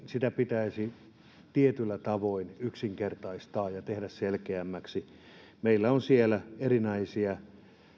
sitä pitäisi tietyillä tavoin yksinkertaistaa ja tehdä selkeämmäksi meillä on siellä erinäisiä